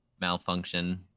malfunction